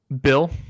Bill